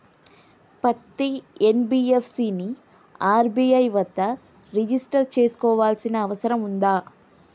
పత్తి ఎన్.బి.ఎఫ్.సి ని ఆర్.బి.ఐ వద్ద రిజిష్టర్ చేసుకోవాల్సిన అవసరం ఉందా?